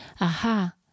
Aha